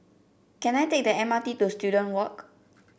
can I take the M R T to Student Walk